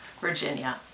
Virginia